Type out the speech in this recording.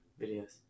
videos